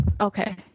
Okay